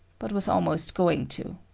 but was almost going to.